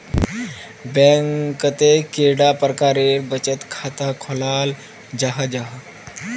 Bank कतेक कैडा प्रकारेर बचत खाता खोलाल जाहा जाहा?